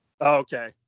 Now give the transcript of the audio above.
Okay